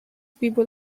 people